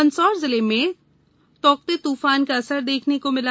मंदसौर जिले में ताऊते तूफान का असर देखने की मिला